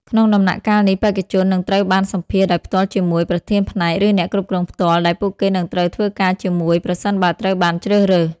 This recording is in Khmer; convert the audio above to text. ក្នុងដំណាក់កាលនេះ បេក្ខជននឹងត្រូវបានសម្ភាសន៍ដោយផ្ទាល់ជាមួយ ប្រធានផ្នែក ឬអ្នកគ្រប់គ្រងផ្ទាល់ ដែលពួកគេនឹងត្រូវធ្វើការជាមួយ ប្រសិនបើត្រូវបានជ្រើសរើស។